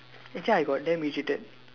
actually I got damn mistreated